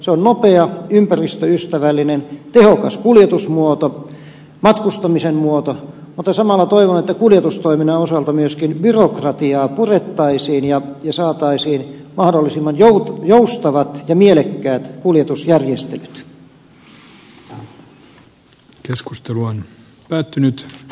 ne ovat nopea ympäristöystävällinen tehokas kuljetusmuoto matkustamisen muoto mutta samalla toivon että kuljetustoiminnan osalta myöskin byrokratiaa purettaisiin ja saataisiin mahdollisimman joustavat ja mielekkäät kuljetusjärjestelyt